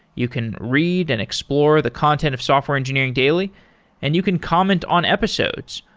you can read and explore the content of software engineering daily and you can comment on episodes.